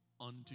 unto